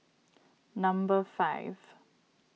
number five